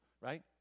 right